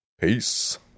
Peace